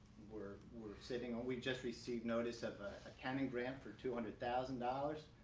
we're we're sitting on we just received notice of a canon grant for two hundred thousand dollars.